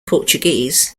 portuguese